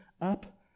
up